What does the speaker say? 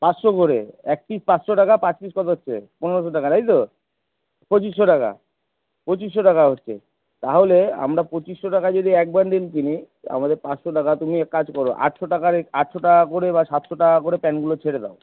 পাঁচশো করে এক পিস পাঁচশো টাকা পাঁচ পিস কত হচ্ছে পনেরোশো টাকা তাই তো পঁচিশশো টাকা পঁচিশশো টাকা হচ্ছে তাহলে আমরা পঁচিশশো টাকায় যদি এক বান্ডিল কিনি আমাদের পাঁচশো টাকা তুমি এক কাজ কর আটশো টাকার আটশো টাকা করে বা সাতশো টাকা করে প্যান্টগুলো ছেড়ে দাও